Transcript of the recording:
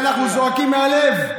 אנחנו זועקים מהלב.